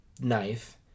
knife